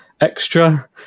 Extra